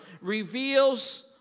reveals